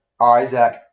Isaac